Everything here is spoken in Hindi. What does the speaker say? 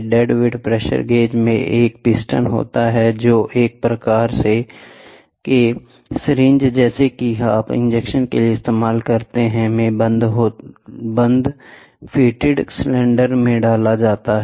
डेड वेट प्रेशर गेज में एक पिस्टन होता है जो एक प्रकार के सिरिंज जैसा कि आप इंजेक्शन के लिए इस्तेमाल करते हैं में बंद फिटेड सिलेंडर में डाला जाता है